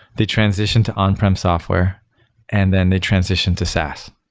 they transitioned to on-prem software and then they transitioned to saas.